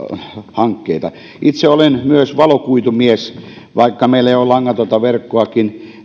hankkeita itse olen myös valokuitumies vaikka meillä on jo langatonta verkkoakin